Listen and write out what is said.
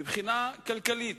מבחינה כלכלית,